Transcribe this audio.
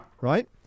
right